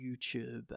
YouTube